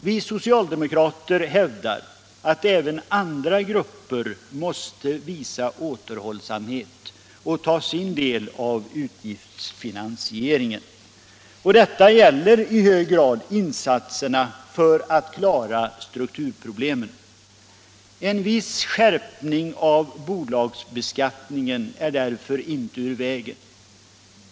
Vi socialdemokrater hävdar att även andra grupper måste visa återhållsamhet och ta sin del av utgiftsfinansieringen. Detta gäller i hög grad insatserna för att klara strukturproblemen. En viss skärpning av bolagsbeskattningen är därför inte ur vägen.